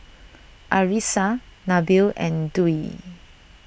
Arissa Nabil and Dwi